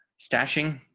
stashing.